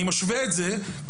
אני עושה את ההשוואה הזאת,